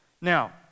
Now